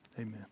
Amen